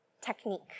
technique